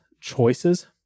choices